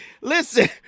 listen